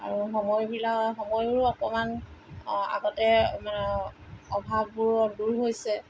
আৰু সময়বিলাক সময়ৰো অকণমান অঁ আগতে অ' অভাৱবোৰো দূৰ হৈছে